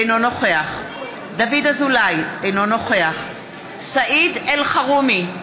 אינו נוכח דוד אזולאי, אינו נוכח סעיד אלחרומי,